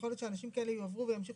יכול להיות שאנשים כאלה יועברו וימשיכו